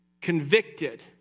convicted